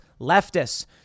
leftists